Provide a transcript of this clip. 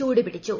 ചൂടുപിടിച്ചു